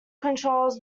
controls